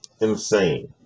insane